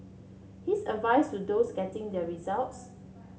his advice to those getting their results